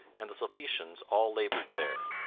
and the sulpicians all laboured there.